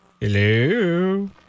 Hello